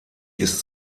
ist